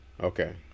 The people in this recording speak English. Okay